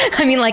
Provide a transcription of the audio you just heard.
i mean, like